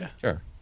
Sure